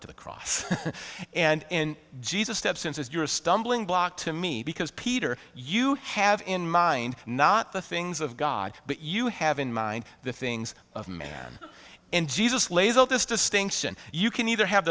to the cross and in jesus steps and says you're a stumbling block to me because peter you have in mind not the things of god but you have in mind the things of man and jesus lays out this distinction you can either have